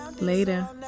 Later